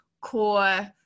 core